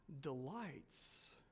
delights